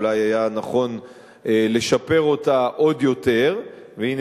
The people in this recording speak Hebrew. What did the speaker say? אולי היה נכון לשפר אותה עוד יותר והנה,